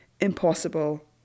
impossible